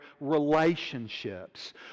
relationships